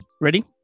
ready